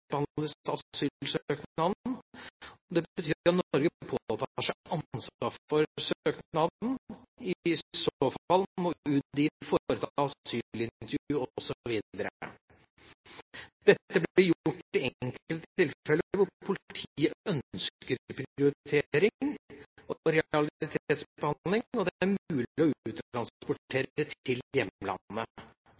seg ansvaret for søknaden. I så fall må UDI foreta asylintervju osv. Dette blir gjort i enkelte tilfeller hvor politiet ønsker prioritering og realitetsbehandling, og det er mulig å